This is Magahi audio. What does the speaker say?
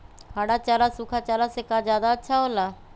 हरा चारा सूखा चारा से का ज्यादा अच्छा हो ला?